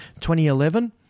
2011